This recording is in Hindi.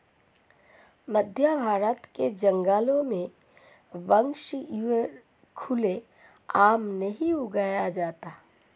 मध्यभारत के जंगलों में बांस यूं खुले आम नहीं उगाया जाता